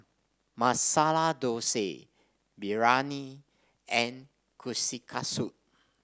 Masala Dosa Biryani and Kushikatsu